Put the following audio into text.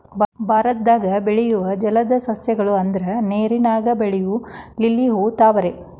ಭಾರತದಾಗ ಬೆಳಿಯು ಜಲದ ಸಸ್ಯ ಗಳು ಅಂದ್ರ ನೇರಿನಾಗ ಬೆಳಿಯು ಲಿಲ್ಲಿ ಹೂ, ತಾವರೆ